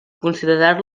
considerar